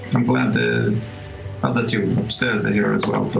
i'm glad the other two upstairs are here as well